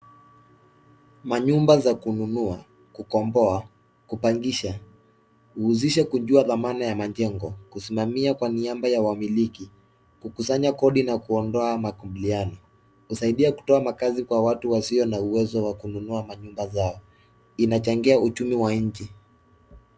Manyumba za kununua, kukomboa, kupangisha uhushisha kujua tamana ya majengo, kusimamia niamba ya wamiliki kukusanya kodi na kuondoa makunduliano kusaidia kutoa makazi watu wazio na uwezo wa kununua manyumba zao inachangia uchumi wa inchi.